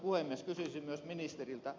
kysyisin myös ministeriltä